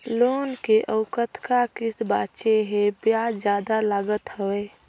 Loan के अउ कतका किस्त बांचें हे? ब्याज जादा लागत हवय,